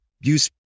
use